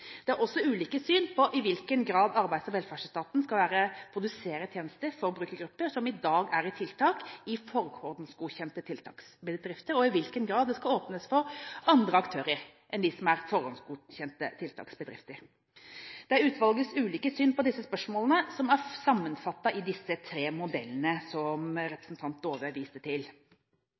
Det er også ulike syn på i hvilken grad Arbeids- og velferdsetaten skal produsere tjenester for de brukergrupper som i dag er i tiltak i forhåndsgodkjente tiltaksbedrifter, og i hvilken grad det skal åpnes for andre aktører enn de som er forhåndsgodkjente tiltaksbedrifter. Det er utvalgets ulike syn på disse spørsmålene som er sammenfattet i disse tre modellene som representanten Dåvøy viste til.